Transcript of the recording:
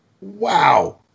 Wow